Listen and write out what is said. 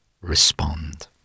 respond